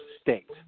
state